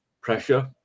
pressure